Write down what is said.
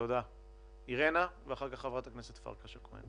תודה ואחר כך חברת הכנסת פרקש-הכהן.